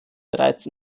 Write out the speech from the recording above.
bereits